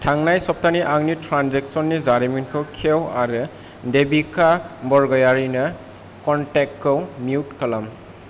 थांनाय सप्तानि आंनि ट्रेन्जेकसन नि जारिमिनखौ खेव आरो देबिका बरग'यारिनो कनटेक्ट खौ मिउट खालाम